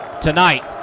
tonight